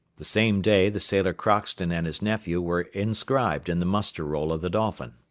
the same day the sailor crockston and his nephew were inscribed in the muster-roll of the dolphin.